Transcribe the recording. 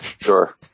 Sure